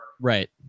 right